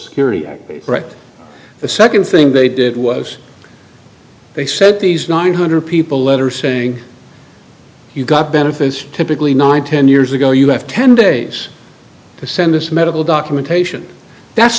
security act the second thing they did was they said these nine hundred people letter saying you got benefits typically nine ten years ago you have ten days to send this medical documentation that's